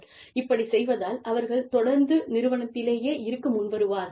இப்படிச் செய்வதால் அவர்கள் தொடர்ந்து நிறுவனத்திலேயே இருக்க முன்வருவார்கள்